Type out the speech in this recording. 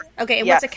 Okay